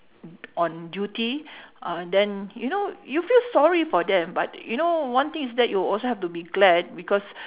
du~ on duty uh then you know you feel sorry for them but you know one thing is that you also have to be glad because